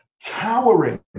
towering